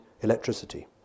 electricity